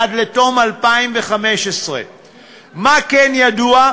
עד תום שנת 2015. מה כן ידוע?